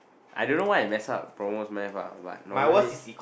I don't know why I mess up promo mass normally